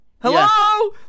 hello